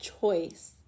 choice